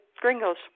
gringos